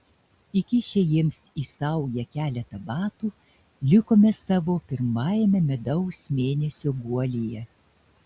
įkišę jiems į saują keletą batų likome savo pirmajame medaus mėnesio guolyje